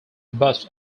bus